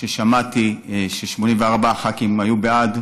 כששמעתי ש-84 ח"כים היו בעד,